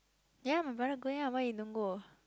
ya my brother going ah why you don't go